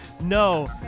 No